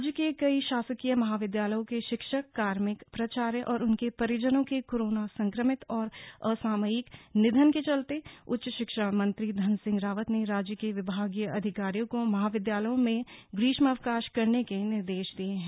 राज्य के कई शासकीय महाविद्यालयों के शिक्षक कार्मिक प्राचार्य और उनके परिजनों के कोरोना संक्रमित और असामयिक निधन के चलते उच्च शिक्षा मंत्री धन सिंह रावत ने राज्य के विभागीय अधिकारीयों को महाविद्यालयों में ग्रीष्मावकाश करने का निर्देश दिए हैं